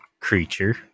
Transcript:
creature